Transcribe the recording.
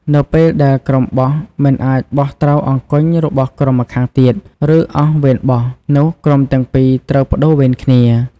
នៅពេលដែលក្រុមបោះមិនអាចបោះត្រូវអង្គញ់របស់ក្រុមម្ខាងទៀត ឬអស់វេនបោះ នោះក្រុមទាំងពីរត្រូវប្ដូរវេនគ្នា ។